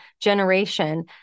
generation